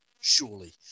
surely